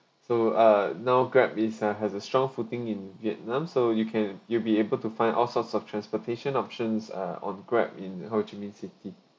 so uh now grab is uh has a strong footing in vietnam so you can you'll be able to find all sorts of transportation options uh on grab in ho chi minh city